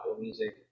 Music